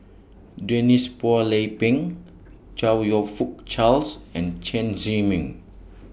Denise Phua Lay Peng Chong YOU Fook Charles and Chen Zhiming